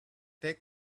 take